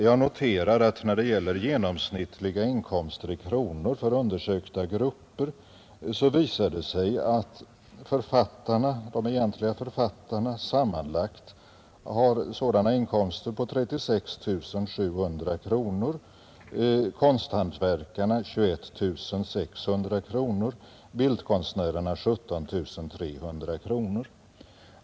Jag noterar att när det gäller genomsnittliga inkomster i kronor för undersökta grupper så visar det sig att författarna sammanlagt har sådana på 36 700 kronor, konsthantverkarna 21 600 och bildkonstnärerna 17 300.